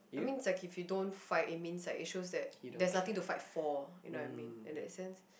I mean it's like if you don't fight it means like it shows that there's nothing to fight for you know what I mean in that sense